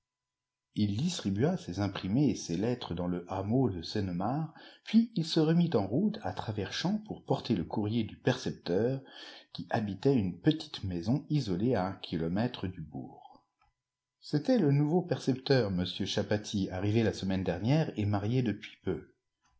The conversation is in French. il distribua ses imprimés et ses lettres dans le hameau de sennemare puis il se remit en route à travers champs pour porter le courrier du percepteur qui habitait une petite maison isolée à un kilomètre du bourg c'était un nouveau percepteur m cha patis arrivé la semaine dernière et marié depuis peu